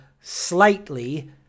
slightly